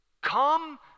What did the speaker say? Come